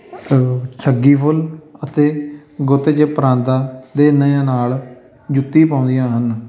ਸੱਗੀ ਫੁੱਲ ਅਤੇ ਗੁੱਤ 'ਚ ਪਰਾਂਦਾ ਦੇ ਨ ਨਾਲ ਜੁੱਤੀ ਪਾਉਂਦੀਆਂ ਹਨ